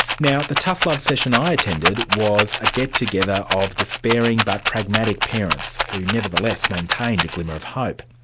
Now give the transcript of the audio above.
now the tough love session i attended was a get-together of despairing but pragmatic parents, who nevertheless maintained a glimmer of hope.